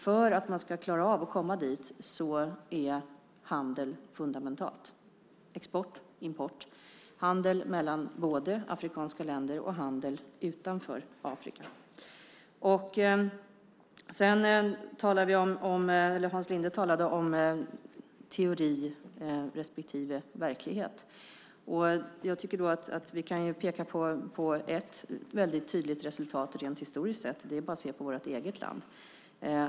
För att man ska klara av att komma dit är handeln fundamental - export, import, handel både mellan afrikanska länder och utanför Afrika. Sedan talade Hans Linde om teori respektive verklighet. Vi kan peka på ett väldigt tydligt resultat rent historiskt sett. Det är bara att se på vårt eget land.